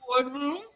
boardroom